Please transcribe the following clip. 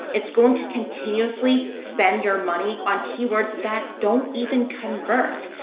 it's going to continuously spend your money on keywords that don't even convert.